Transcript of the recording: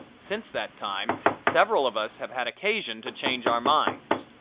since that time several of us have had occasion to change our minds.